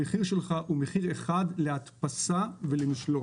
המחיר שלך הוא מחיר אחד להדפסה ולמשלוח.